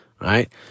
right